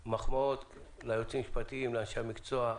שלרדת לרזולוציות כאלה ולתרום לדיונים זאת ברכה.